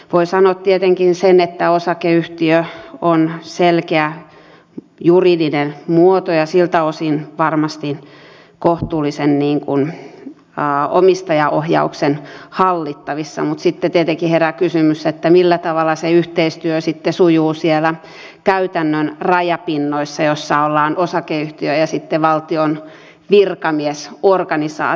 voi sanoa tietenkin sen että osakeyhtiö on selkeä juridinen muoto ja siltä osin varmasti kohtuullisesti omistajaohjauksen hallittavissa mutta sitten tietenkin herää kysymys millä tavalla se yhteistyö sitten sujuu siellä käytännön rajapinnoissa joissa ollaan osakeyhtiö ja sitten valtion virkamiesorganisaatio